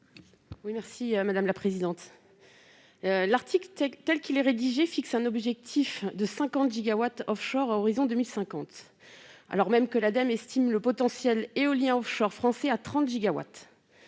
L'article 22 I, tel qu'il est rédigé, fixe un objectif de 50 gigawatts offshore à l'horizon 2050, alors même que l'Ademe estime le potentiel éolien offshore français à 30 gigawatts.